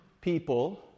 people